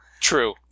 True